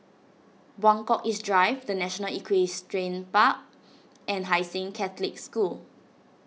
Buangkok East Drive the National Equestrian Park and Hai Sing Catholic School